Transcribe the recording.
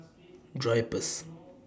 Drypers